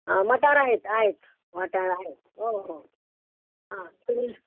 हां मटार आहेत आहेत मटार आहेत हो हो हो हां तुम्ही